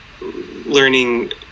learning